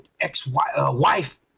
ex-wife